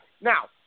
Now